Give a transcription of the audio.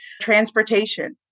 Transportation